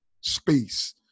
space